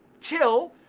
chill